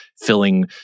filling